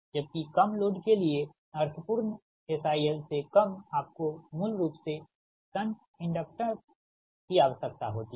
जबकि कम लोड के लिए अर्थ पूर्ण SIL से कम आपको मूल रूप से शंट इंडक्टर्स की आवश्यकता होती है